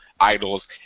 idols